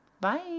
Bye